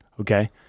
Okay